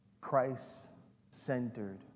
Christ-centered